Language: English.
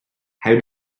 how